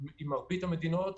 אם מתקבלת היום החלטה,